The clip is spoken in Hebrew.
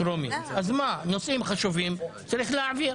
נושאים חשובים צריך להעביר.